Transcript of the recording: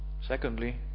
Secondly